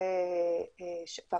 אני חושבת,